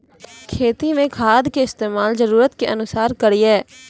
खेती मे खाद के इस्तेमाल जरूरत के अनुसार करऽ